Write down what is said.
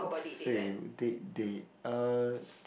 let's say date date uh